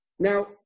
Now